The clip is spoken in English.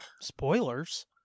spoilers